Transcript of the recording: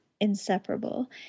inseparable